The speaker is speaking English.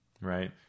Right